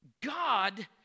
God